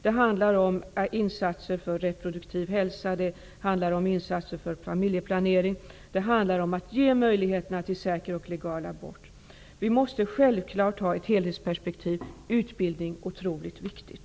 Det handlar om insatser för reproduktiv hälsa, för familjeplanering, om att ge möjligheter till säker och legal abort. Vi måste självfallet ha ett helhetsperspektiv. Utbildning är otroligt viktigt.